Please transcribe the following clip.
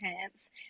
pants